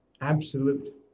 absolute